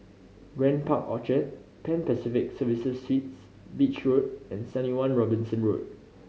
Grand Park Orchard Pan Pacific Serviced Suites Beach Road and Seventy One Robinson Road